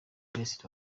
peres